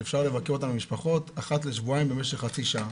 שאפשר לבקר אותם עם המשפחות אחת לשבועיים במשך חצי שעה,